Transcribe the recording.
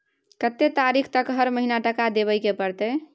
कत्ते तारीख तक हर महीना टका देबै के परतै?